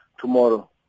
tomorrow